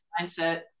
mindset